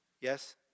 Yes